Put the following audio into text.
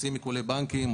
עושים עיקולי בנקים,